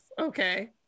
Okay